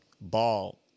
Ball